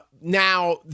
Now